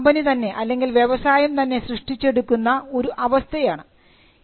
ഇത് ആ കമ്പനി തന്നെ അല്ലെങ്കിൽ വ്യവസായം തന്നെ സൃഷ്ടിച്ചെടുക്കുന്ന ഒരു അവസ്ഥയാണ്